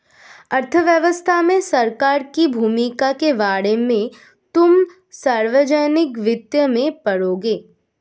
अर्थव्यवस्था में सरकार की भूमिका के बारे में तुम सार्वजनिक वित्त में पढ़ोगे